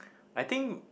I think